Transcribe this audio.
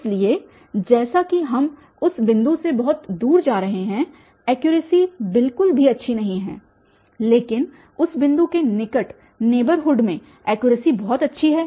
इसलिए जैसा कि हम उस बिंदु से बहुत दूर जा रहे हैं ऐक्युरसी बिल्कुल भी अच्छी नहीं है लेकिन उस बिंदु के निकट नेबरहुड में ऐक्युरसी बहुत अच्छी है